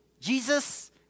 Jesus